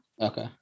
Okay